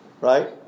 Right